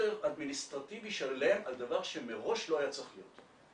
מונסטר אדמיניסטרטיבי שלם על דבר שמראש לא היה צריך להיות.